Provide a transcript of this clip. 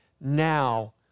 now